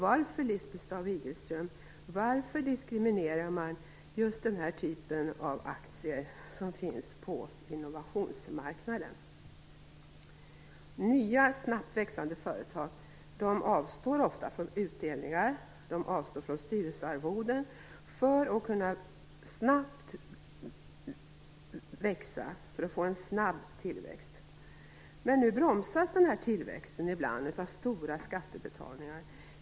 Varför, Lisbeth Staaf-Igelström, diskriminerar man just den typ av aktier som finns på Innovationsmarknaden? Nya snabbt växande företag avstår ofta från utdelningar och styrelsearvoden för att kunna få en snabb tillväxt. Men nu bromsas tillväxten ibland av stora skattebetalningar.